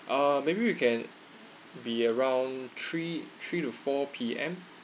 uh maybe you can be around three three to four P_M